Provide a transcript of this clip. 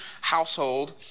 household